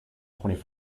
twenty